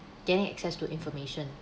gaining access to information